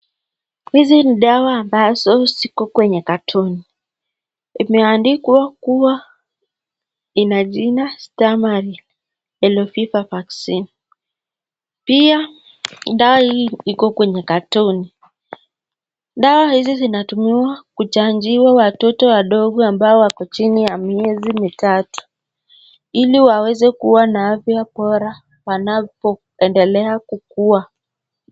Hizi ni dawa ambazo ziko kwenye katoni. Imeandikwa kuwa ina jina Stamaril yellow fever vaccine . Pia dawa hii iko kwenye katoni. Dawa hizi zinatumiwa kuchanjiwa watoto wadogo ambao wako chini ya miezi mitatu ili waweze kuwa na afya bora wanapoendelea kukua.